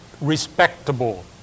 respectable